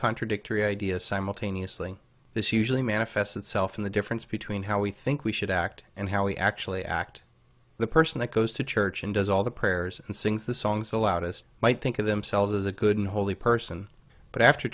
contradictory ideas simultaneously this usually manifests itself in the difference between how we think we should act and how we actually act the person that goes to church and does all the prayers and sings the song so loudest might think of themselves as a good and holy person but after